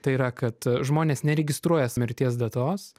tai yra kad žmonės neregistruojas mirties datos